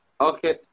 Okay